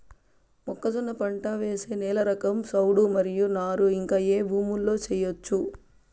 మొక్కజొన్న పంట వేసే నేల రకం చౌడు మరియు నారు ఇంకా ఏ భూముల్లో చేయొచ్చు?